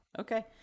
okay